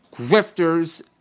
grifters